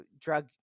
drug